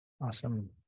Awesome